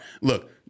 Look